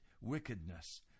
wickedness